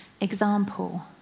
example